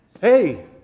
hey